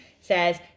says